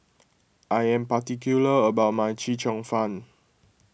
I am particular about my Chee Cheong Fun